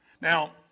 Now